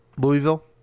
Louisville